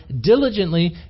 diligently